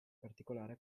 particolare